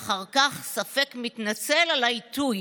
ואחר כך ספק-מתנצל על העיתוי,